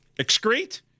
excrete